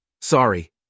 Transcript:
Sorry